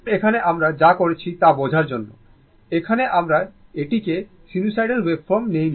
এখন এখানে আমরা যা করেছি তা বোঝার জন্য এখানে আমরা এটিকে সাইনুসোইডাল ওয়েভফর্ম নেইনি